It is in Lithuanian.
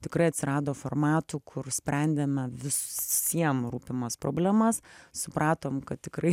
tikrai atsirado formatų kur sprendėme visiem rūpimas problemas supratom kad tikrai